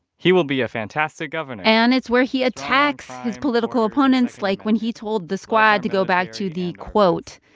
he will be a fantastic governor. and it's where he attacks his political opponents, like when he told the squad to go back to the, quote,